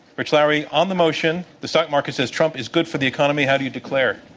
rich lowry, on the motion, the stock market says trump is good for the economy. how do you declare?